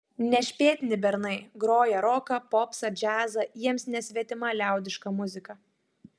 nešpėtni bernai groja roką popsą džiazą jiems nesvetima liaudiška muzika